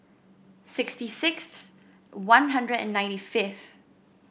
sixty sixth One Hundred and ninety fifth